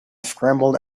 scrambled